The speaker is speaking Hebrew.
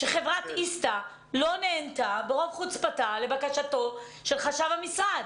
שחברת איסתא לא נענתה ברוב חוצפתה לבקשתו של חשב המשרד.